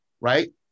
right